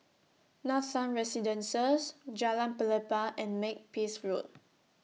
Nathan Residences Jalan Pelepah and Makepeace Road